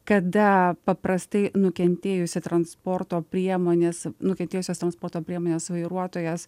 kada paprastai nukentėjusio transporto priemonės nukentėjusios transporto priemonės vairuotojas